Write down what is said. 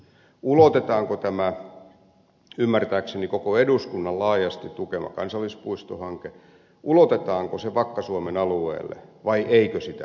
ulotetaanko tämä ymmärtääkseni koko eduskunnan laajasti tukema kansallispuistohanke vakka suomen alueelle vai eikö sitä tehdä